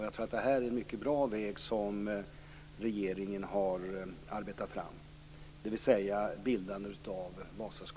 Jag tror att regeringens bildande av Vasaskog är en mycket bra väg.